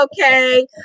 okay